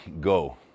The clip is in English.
go